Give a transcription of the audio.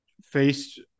faced